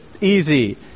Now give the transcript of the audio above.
easy